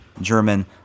German